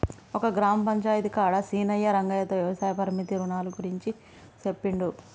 మన గ్రామ పంచాయితీ కాడ సీనయ్యా రంగయ్యతో వ్యవసాయ పరపతి రునాల గురించి సెప్పిండు